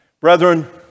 Brethren